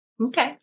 Okay